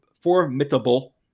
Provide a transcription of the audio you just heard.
formidable